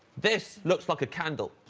this looks like a candle.